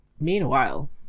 meanwhile